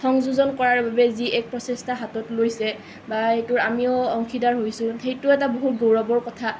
সংযোজন কৰাৰ বাবে যি এক প্ৰচেষ্টা হাতত লৈছে বা এইটোৰ আমিও অংশীদাৰ হৈছোঁ সেইটোও এটা বহুত গৌৰৱৰ কথা